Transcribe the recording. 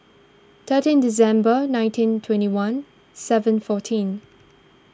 thirteen December nineteen twenty one seven fourteen